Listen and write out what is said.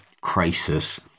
crisis